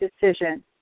decision